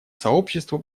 сообщество